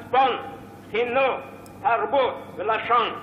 מצפון, חינוך, תרבות ולשון,